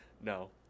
No